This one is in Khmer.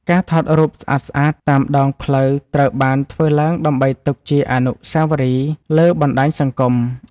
ការថតរូបស្អាតៗតាមដងផ្លូវត្រូវបានធ្វើឡើងដើម្បីទុកជាអនុស្សាវរីយ៍លើបណ្ដាញសង្គម។